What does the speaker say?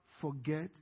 forget